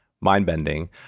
mind-bending